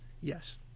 Yes